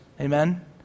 Amen